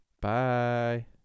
Bye